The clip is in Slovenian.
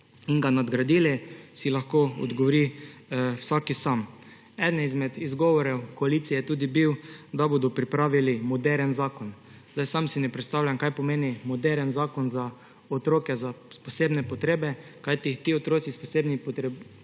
in ga nadgradili, si lahko odgovori vsak sam. Eden izmed izgovorov koalicije je tudi bil, da bodo pripravili moderen zakon. Sam si ne predstavljam, kaj pomeni moderen zakon za otroke s posebnimi potrebami, kajti ti otroci s posebnimi potrebami